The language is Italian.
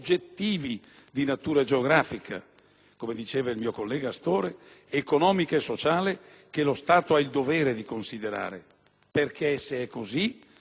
come diceva il mio collega Astore - economica e sociale che lo Stato ha il dovere di considerare, perché se è così, la spesa pubblica per tali funzioni,